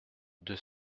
deux